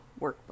workbook